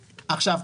עכשיו,